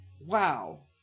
Wow